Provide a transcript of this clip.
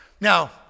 now